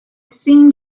seemed